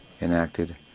enacted